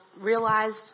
realized